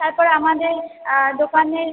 তারপরে আমাদের দোকানে